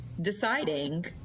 deciding